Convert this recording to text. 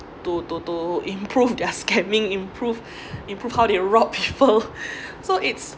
to to to improve their scamming improve improve how they rob people so it's